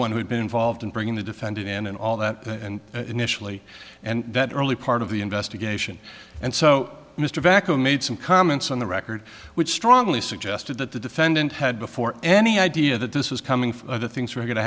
one who had been involved in bringing the offended in and all that initially and that early part of the investigation and so mr vaca made some comments on the record which strongly suggested that the defendant had before any idea that this was coming for the things were going to